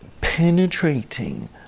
penetrating